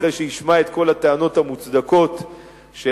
אחרי שישמע את כל הטענות המוצדקות של